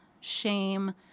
shame